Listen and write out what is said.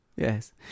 Yes